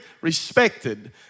respected